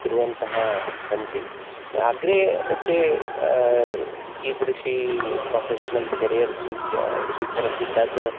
कुर्वन्तः सन्ति अग्रे ते कीदृशी प्रोफेश्नल् केरियर् स्वी स्वीकुर्वन्ति तद्